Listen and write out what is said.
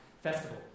Festival